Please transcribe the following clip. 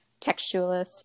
textualists